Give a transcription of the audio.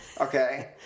Okay